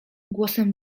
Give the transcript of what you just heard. głosem